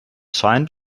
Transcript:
scheint